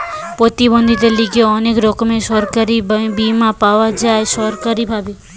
প্রতিবন্ধীদের লিগে অনেক রকমের সরকারি বীমা পাওয়া যায় সরকারি ভাবে